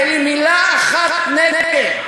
אין לי מילה אחת נגד.